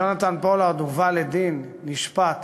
יונתן פולארד הובא לדין, נשפט,